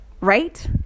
right